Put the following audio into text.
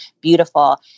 beautiful